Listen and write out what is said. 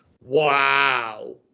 Wow